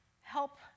Help